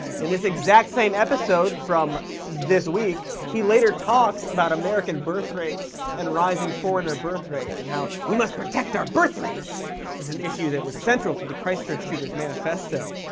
in this exact same episode from. this week. he later talks about american birth rates, and rising foreigner birth rates, and how we must protect our birth rates! this is an issue that was central to the christchurch shooter's manifesto.